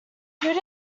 food